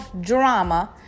drama